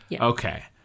Okay